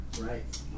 right